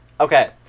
Okay